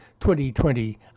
2020